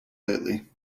lately